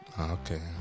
okay